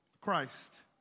Christ